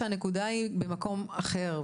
הנקודה היא במקום אחר.